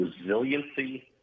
resiliency